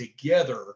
together